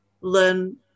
learn